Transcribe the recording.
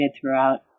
throughout